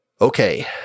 Okay